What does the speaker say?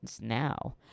now